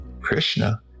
krishna